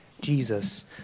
Jesus